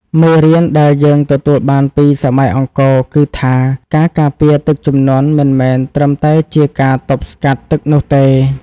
មេរៀនដែលយើងទទួលបានពីសម័យអង្គរគឺថា ការការពារទឹកជំនន់មិនមែនត្រឹមតែជាការទប់ស្កាត់ទឹកនោះទេ។